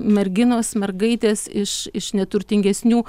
merginos mergaitės iš iš neturtingesnių